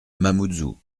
mamoudzou